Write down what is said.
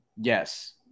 Yes